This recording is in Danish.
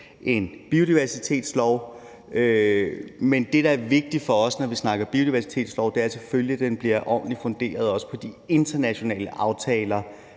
en biodiversitetslov, men det, der er vigtigt for os, når vi snakker biodiversitetslov, er selvfølgelig, at den bliver ordentligt funderet også på de internationale aftaler,